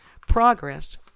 Progress